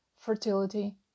fertility